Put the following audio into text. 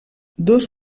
dos